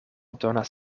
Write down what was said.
donas